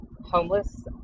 homeless